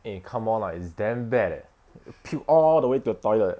eh come on lah it's damn bad eh puke all the way to the toilet